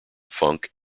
funk